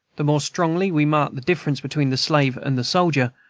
the more strongly we marked the difference between the slave and the soldier,